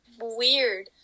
weird